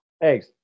Eggs